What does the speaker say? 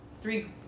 three